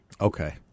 Okay